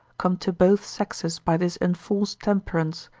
come to both sexes by this enforced temperance,